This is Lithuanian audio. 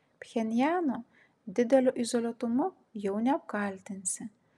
pchenjano dideliu izoliuotumu jau neapkaltinsi